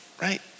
right